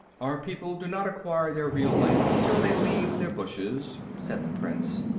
our people do not acquire their real life until they leave their bushes, said the prince.